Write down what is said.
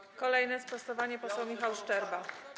Kolejne sprostowanie - poseł Michał Szczerba.